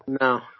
No